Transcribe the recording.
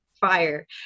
fire